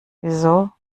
wieso